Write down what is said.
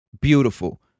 beautiful